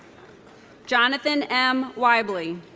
jonathan m. weibley